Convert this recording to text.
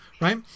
right